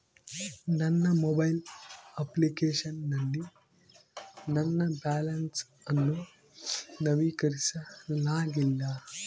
ನನ್ನ mobile application ನಲ್ಲಿ ನನ್ನ ಬ್ಯಾಲೆನ್ಸ್ ಅನ್ನು ನವೀಕರಿಸಲಾಗಿಲ್ಲ